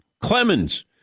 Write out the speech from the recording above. Clemens